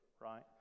right